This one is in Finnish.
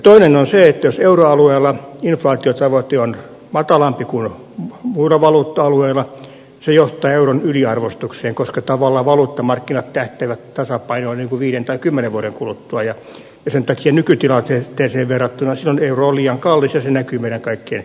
toinen asia on se että jos euroalueella inflaatiotavoite on matalampi kuin muilla valuutta alueilla se johtaa euron yliarvostukseen koska tavallaan valuuttamarkkinat tähtäävät tasapainoon viiden tai kymmenen vuoden kuluttua ja sen takia nykytilanteeseen verrattuna silloin euro on liian kallis ja se näkyy meidän kaikkien vientimahdollisuuksista